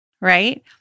Right